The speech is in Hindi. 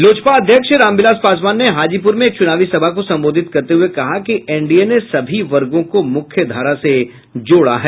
लोजपा अध्यक्ष रामविलास पासवान ने हाजीपुर में एक चुनावी सभा को संबोधित करते हुये कहा कि एनडीए ने सभी वर्गो को मुख्य धारा से जोड़ा है